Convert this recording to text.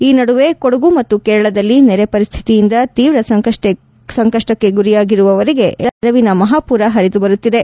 ಈ ನಡುವೆ ಕೊಡಗು ಮತ್ತು ಕೇರಳದಲ್ಲಿ ನೆರೆ ಪರಿಸ್ಥಿತಿಯಿಂದ ತೀವ್ರ ಸಂಕಷ್ಷಕ್ಕೆ ಗುರಿಯಾಗಿರುವವಂಗೆ ಎಲ್ಲೆಡೆಯಿಂದ ನೆರವಿನ ಮಹಾಪೂರ ಪರಿದು ಬರುತ್ತಿದೆ